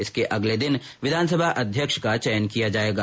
इसके अगले दिन विधानसभा अध्यक्ष का चयन किया जायेगा